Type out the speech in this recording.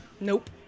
Nope